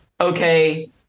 okay